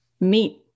meet